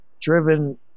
driven